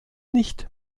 nicht